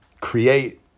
create